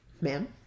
ma'am